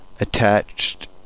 attached